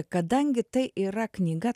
kadangi tai yra knyga